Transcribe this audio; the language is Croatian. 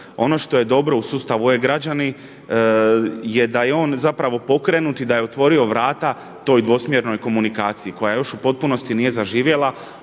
Ono što je dobro u sustavu e-građani je da je on pokrenut i da je on otvorio vrata toj dvosmjernoj komunikaciji koja još u potpunosti nije zaživjela,